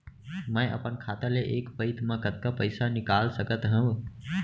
मैं अपन खाता ले एक पइत मा कतका पइसा निकाल सकत हव?